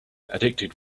addicted